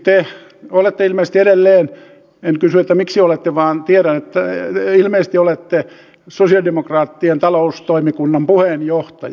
tehän olette ilmeisesti edelleen en kysy miksi olette vaan tiedän että ilmeisesti olette sosialidemokraattien taloustoimikunnan puheenjohtaja